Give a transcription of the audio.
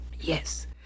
yes